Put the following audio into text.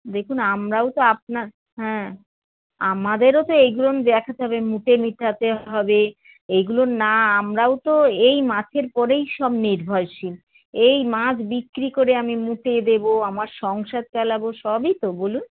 দেখুন আমরাও তো আপনার হ্যাঁ আমাদেরও তো এইগুলো দেখাতে হবে মুটে মেটাতে হবে এইগুলো না আমরাও তো এই মাছের পরেই সব নির্ভরশীল এই মাছ বিক্রি করে আমি মুটে দেবো আমার সংসার চালাবো সবই তো বলুন